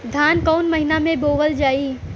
धान कवन महिना में बोवल जाई?